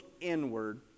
inward